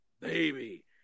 baby